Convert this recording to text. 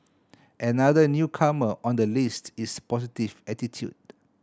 another newcomer on the list is positive attitude